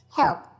help